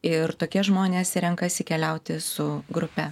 ir tokie žmonės renkasi keliauti su grupe